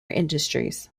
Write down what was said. industries